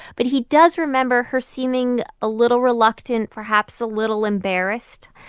but he does remember her seeming a little reluctant, perhaps a little embarrassed.